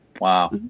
Wow